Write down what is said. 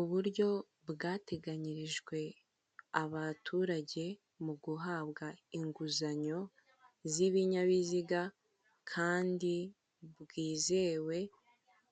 Uburyo bwateganyirijwe abaturage mu guhabwa inguzanyo z'ibinyabiziga kandi bwizewe